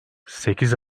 sekiz